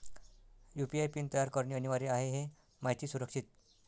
UPI PIN तयार करणे अनिवार्य आहे हे माहिती सुरक्षित